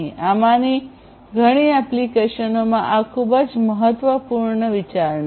આમાંની ઘણી એપ્લિકેશનોમાં આ ખૂબ જ મહત્વપૂર્ણ વિચારણા છે